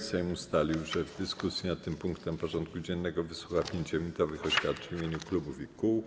Sejm ustalił, że w dyskusji nad tym punktem porządku dziennego wysłucha 5-minutowych oświadczeń w imieniu klubów i kół.